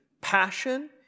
passion